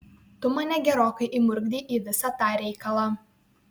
tu mane gerokai įmurkdei į visą tą reikalą